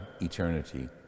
eternity